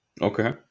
Okay